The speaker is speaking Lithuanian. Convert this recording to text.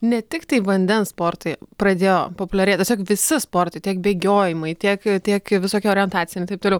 ne tiktai vandens sportai pradėjo populiarėti tiesiog visi sportai tiek bėgiojimai tiek tiek visokie orientaciniai ir taip toliau